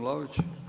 Vlaović.